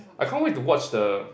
I can't wait to watch the